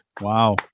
Wow